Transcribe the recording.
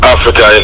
Africa